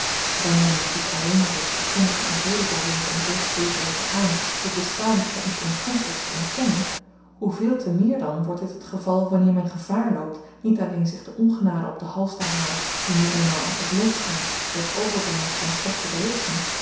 wanneer nu dit alleen reeds voor sommigen een reden zou wezen om tegen beter weten aan het bestaan van iets ongunstigs te ontkennen hoeveel te meer dan wordt dit het geval wanneer men gevaar loopt niet alleen zich de ongenade op den hals te halen die nu eenmaal t lot schynt des overbrengers van slechte berichten